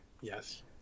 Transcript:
Yes